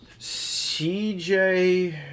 CJ